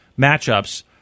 matchups